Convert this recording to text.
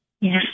Yes